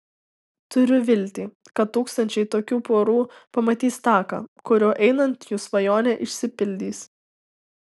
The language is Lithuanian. turiu viltį kad tūkstančiai tokių porų pamatys taką kuriuo einant jų svajonė išsipildys